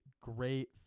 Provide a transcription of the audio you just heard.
great